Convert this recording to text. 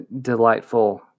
delightful